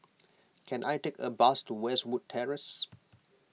can I take a bus to Westwood Terrace